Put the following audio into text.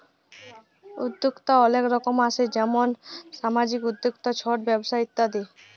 উদ্যক্তা অলেক রকম আসে যেমল সামাজিক উদ্যক্তা, ছট ব্যবসা ইত্যাদি